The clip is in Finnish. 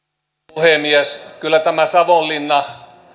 puhemies kyllä tämä savonlinnan